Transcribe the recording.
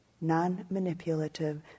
non-manipulative